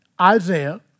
Isaiah